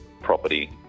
property